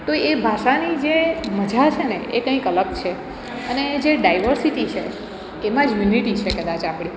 તો એ ભાષાની જે મજા છે ને એ કંઈક અલગ છે અને જે ડાયવર્સિટી છે કે એમાં જ યુનિટી છે કદાચ આપણી